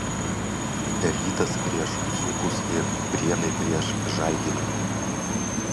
rytas prieš dzūkus ir prienai prieš žalgirį